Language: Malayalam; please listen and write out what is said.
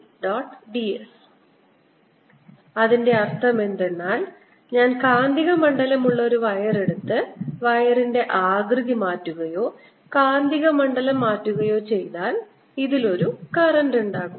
ds അതിന്റെ അർത്ഥം എന്തെന്നാൽ ഞാൻ കാന്തികമണ്ഡലം ഉള്ള ഒരു വയർ എടുത്ത് വയറിന്റെ ആകൃതി മാറ്റുകയോ കാന്തിക മണ്ഡലം മാറ്റുകയോ ചെയ്താൽ ഇതിൽ ഒരു കറന്റ് ഉണ്ടാകും